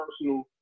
personal